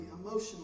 emotionally